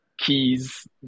keys